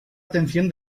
atención